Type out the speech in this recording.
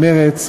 מרצ,